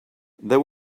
there